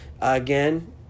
Again